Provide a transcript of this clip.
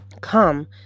Come